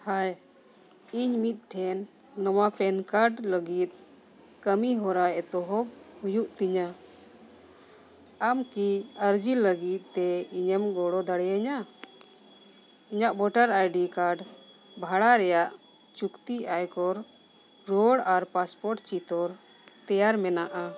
ᱦᱟᱭ ᱤᱧ ᱢᱤᱫᱴᱮᱱ ᱱᱟᱣᱟ ᱯᱮᱱ ᱠᱟᱨᱰ ᱞᱟᱹᱜᱤᱫ ᱠᱟᱹᱢᱤᱦᱚᱨᱟ ᱮᱛᱚᱦᱚᱵ ᱦᱩᱭᱩᱜ ᱛᱤᱧᱟ ᱟᱢ ᱠᱤ ᱟᱨᱡᱤ ᱞᱟᱹᱜᱤᱫ ᱛᱮ ᱤᱧᱮᱢ ᱜᱚᱲᱚ ᱫᱟᱲᱮᱭᱤᱧᱟ ᱤᱧᱟᱹᱜ ᱵᱷᱳᱴᱟᱨ ᱟᱭᱰᱤ ᱠᱟᱨᱰ ᱵᱷᱟᱲᱟ ᱨᱮᱭᱟᱜ ᱪᱩᱠᱛᱤ ᱟᱭᱠᱚᱨ ᱨᱩᱣᱟᱹᱲ ᱟᱨ ᱯᱟᱥᱯᱳᱨᱴ ᱪᱤᱛᱟᱹᱨ ᱛᱮᱭᱟᱨ ᱢᱮᱱᱟᱜᱼᱟ